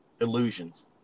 illusions